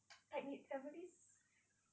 tight-knit families